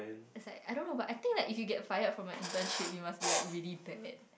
it's like I don't know but I think like if you get fired from the internship you must be like really bad